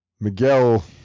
Miguel